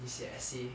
你写 essay